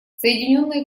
соединенное